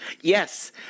Yes